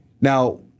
Now